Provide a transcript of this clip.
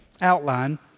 outline